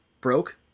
broke